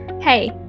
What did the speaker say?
Hey